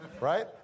right